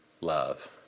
love